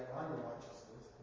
unrighteousness